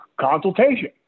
consultation